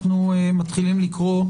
נתחיל לקרוא.